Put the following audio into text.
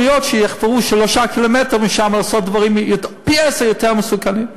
יחפרו 3 קילומטר משם כדי לעשות דברים שהם מסוכנים פי-עשרה.